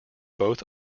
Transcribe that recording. both